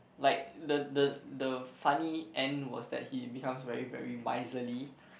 like the the the funny end was that he becomes very very miserly